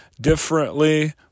differently